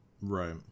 Right